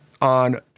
on